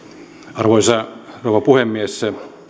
arvoisa rouva puhemies